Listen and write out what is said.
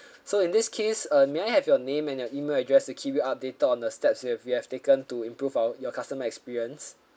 so in this case uh may I have your name and your email address to keep you updated on the steps you have you have taken to improve our your customer experience